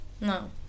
No